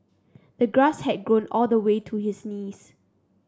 the grass had grown all the way to his knees